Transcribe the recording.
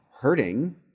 hurting